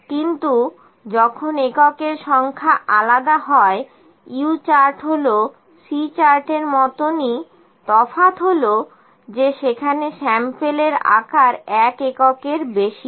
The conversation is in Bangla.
কিন্তু যখন এককের সংখ্যা আলাদা হয় U চার্ট হল C চার্টের মতনই তফাৎ হলো এই যে সেখানে স্যাম্পেলের আকার এক এককের বেশি হয়